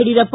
Yediyurappa